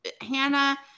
Hannah